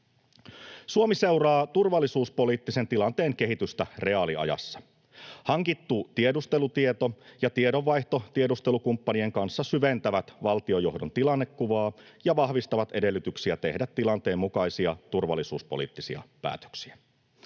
Suomi seuraa turvallisuuspoliittisen tilanteen kehitystä reaaliajassa. Hankittu tiedustelutieto ja tiedonvaihto tiedustelukumppanien kanssa syventävät valtiojohdon tilannekuvaa ja vahvistavat edellytyksiä tehdä tilanteen mukaisia turvallisuuspoliittisia päätöksiä.